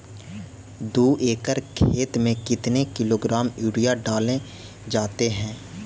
दू एकड़ खेत में कितने किलोग्राम यूरिया डाले जाते हैं?